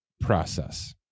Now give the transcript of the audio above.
process